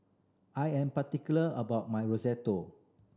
I am particular about my Risotto